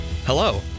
Hello